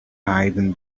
hidden